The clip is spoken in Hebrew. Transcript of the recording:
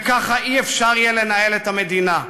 וככה אי-אפשר יהיה לנהל את המדינה.